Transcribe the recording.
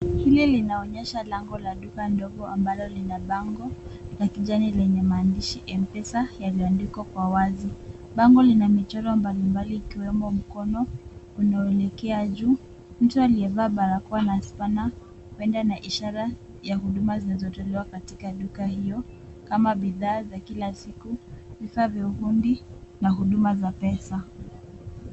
Hili linaonyesha lango la duka ndogo ambalo lina bango la kijani lenye maandishi M-Pesa yaliyoandikwa kwa wazi. Bango lina michoro mbalimbali ikiwemo mkono unaoelekea juu. Mtu aliyevaa barakoa na spanner huenda na ishara ya huduma zinazotolewa katika duka hiyo kama bidhaa za kila siku, vifaa vya ufundi na huduma za pesa.